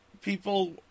people